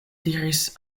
diris